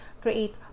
create